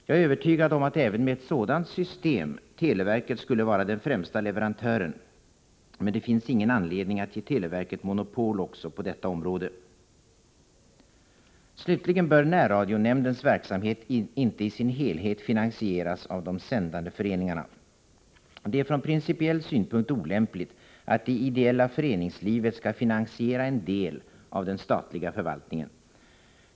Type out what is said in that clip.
Jag är övertygad om att televerket även med ett sådant system skulle vara den främsta leverantören, men det finns ingen anledning att ge televerket monopol också på detta området. Slutligen bör närradionämndens verksamhet inte i sin helhet finansieras av de sändande föreningarna. Det är från principiell synpunkt olämpligt att det ideella föreningslivet skall finansiera en del av den statliga förvaltningen.